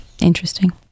interesting